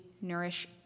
nourish